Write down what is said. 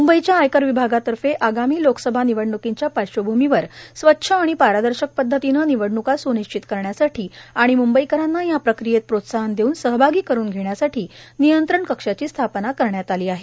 म्बईच्या आयकर विभागातर्फे आगामी लोकसभा निवडणुकींच्या पाश्रवभूमीर स्वच्छ आणि पारदर्शक पद्धतीनं निवडण्का स्निश्चित करण्यासाठी आणि मुंबईकरांना या प्रक्रियेत प्रोत्साहन देऊन सहभागी करून घेण्यासाठी नियंत्रण कक्षाची स्थापना करण्यात आली आहे